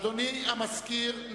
אדוני המזכיר,